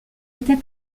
était